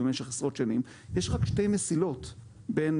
במשך עשרות שנים יש רק שתי מסילות בין